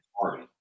party